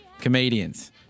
comedians